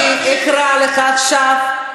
חבר הכנסת יעקב אשר, אני אקרא אותך עכשיו.